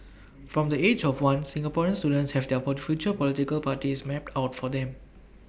from the age of one Singaporean students have their port future political parties mapped out for them